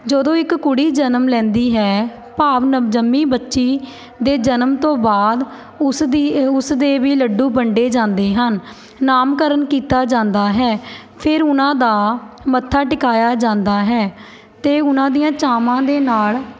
ਜਦੋਂ ਇੱਕ ਕੁੜੀ ਜਨਮ ਲੈਂਦੀ ਹੈ ਭਾਵ ਨਵਜੰਮੀ ਬੱਚੀ ਦੇ ਜਨਮ ਤੋਂ ਬਾਅਦ ਉਸਦੀ ਉਸ ਦੇ ਵੀ ਲੱਡੂ ਵੰਡੇ ਜਾਂਦੇ ਹਨ ਨਾਮਕਰਨ ਕੀਤਾ ਜਾਂਦਾ ਹੈ ਫਿਰ ਉਨ੍ਹਾਂ ਦਾ ਮੱਥਾ ਟਿਕਾਇਆ ਜਾਂਦਾ ਹੈ ਅਤੇ ਉਹਨਾਂ ਦੀਆਂ ਚਾਵਾਂ ਦੇ ਨਾਲ਼